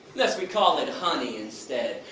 unless we call it honey instead.